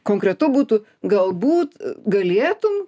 konkretu būtų galbūt galėtum